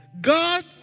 God